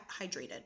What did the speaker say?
hydrated